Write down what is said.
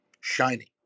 shiny